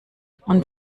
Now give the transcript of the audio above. und